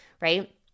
right